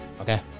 Okay